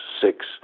six